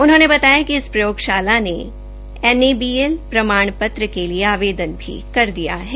उन्होंने बताया कि इस प्रयोगशाला ने एनएबीएल प्रमाण पत्र के लिए आवेदन भी कर दिया है